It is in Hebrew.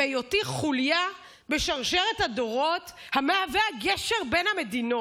והיותי חוליה בשרשרת הדורות המהווה גשר בין המדינות.